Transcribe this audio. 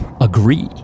agree